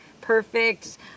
perfect